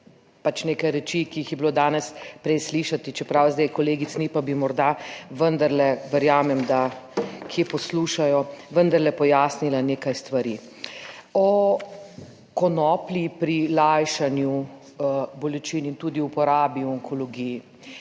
pač nekaj reči, ki jih je bilo danes prej slišati, čeprav zdaj kolegic ni, pa bi morda vendarle, verjamem, da kje poslušajo, vendarle pojasnila nekaj stvari, o konoplji pri lajšanju bolečin in tudi o uporabi v onkologiji.